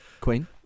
Queen